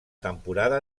temporada